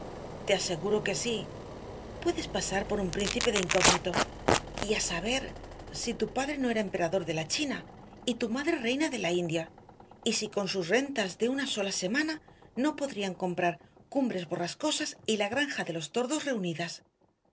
te aseguro que sí puedes pasar por un príncipe de incógnito y a saber si tu padre no era emperador de la china y tu madre reina de la india y si con sus rentas de una sola semana no podrían comprar cumbres borrascosas y la granja de los tordos reunidas